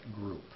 group